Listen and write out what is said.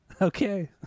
Okay